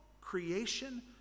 creation